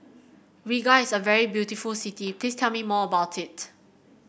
Riga is a very beautiful city please tell me more about it